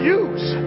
use